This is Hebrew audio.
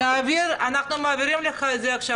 אני מבקשת, ברשותך, להעביר לך את זה עכשיו.